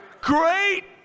Great